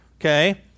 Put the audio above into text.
okay